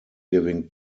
giving